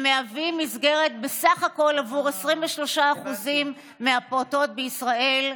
הם מסגרת בסך הכול עבור 23% מהפעוטות בישראל.